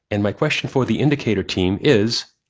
and my question for the indicator team is,